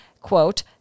quote